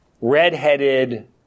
redheaded